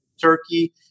turkey